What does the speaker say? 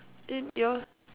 and your